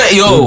yo